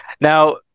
Now